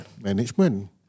Management